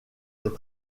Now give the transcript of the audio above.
est